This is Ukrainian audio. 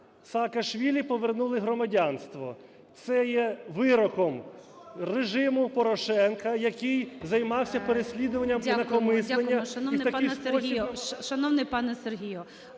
Саакашвілі повернули громадянство. Це є вироком режиму Порошенка, який займався переслідуванням інакомислення